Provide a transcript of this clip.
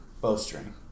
bowstring